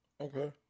Okay